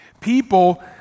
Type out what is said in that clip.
People